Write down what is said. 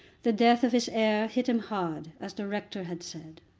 the death of his heir hit him hard, as the rector had said.